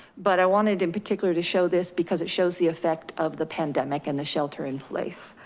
but i wanted in particular to show this because it shows the effect of the pandemic and the shelter in place.